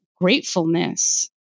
gratefulness